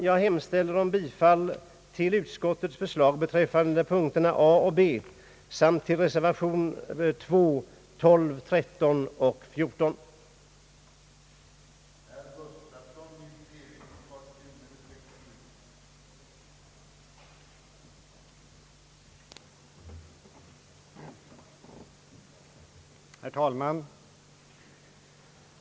Jag hemställer om bifall till tredje lagutskottets förslag i punkterna A och B i dess utlåtande nr 58 samt till reservationerna II, XII, XIII och XIV.